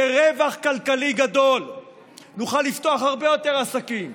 ברווח כלכלי גדול נוכל לפתוח הרבה יותר עסקים.